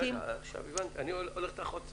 אני הולך איתך עוד צעד: